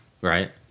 right